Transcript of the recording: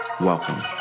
Welcome